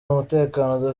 umutekano